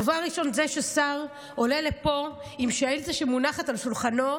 דבר ראשון זה ששר עולה לפה עם שאילתה שמונחת על שולחנו,